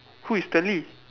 who is Stanley